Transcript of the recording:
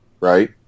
right